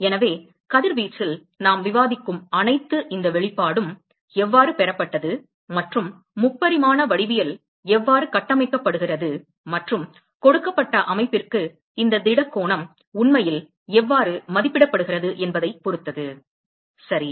எனவே கதிர்வீச்சில் நாம் விவாதிக்கும் அனைத்தும் இந்த வெளிப்பாடும் எவ்வாறு பெறப்பட்டது மற்றும் 3 பரிமாண வடிவியல் எவ்வாறு கட்டமைக்கப்படுகிறது மற்றும் கொடுக்கப்பட்ட அமைப்பிற்கு இந்த திட கோணம் உண்மையில் எவ்வாறு மதிப்பிடப்படுகிறது என்பதைப் பொறுத்தது சரி